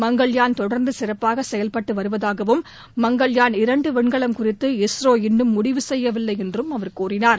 மங்கள்யாண் தொடர்ந்து சிறப்பாக செயல்பட்டு வருவதாகவும் மங்கள்யாண் இரண்டு விண்கலம் குறித்து இஸ்ரோ இன்னும் முடிவு செய்யவில்லை என்றும் அவர் கூறினார்